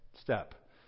step